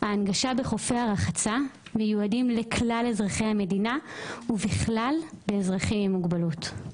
ההנגשה בחופי הרחצה מיועדת לכלל אזרחי המדינה ובכלל לאזרחים עם מוגבלות.